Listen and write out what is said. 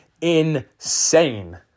insane